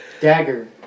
dagger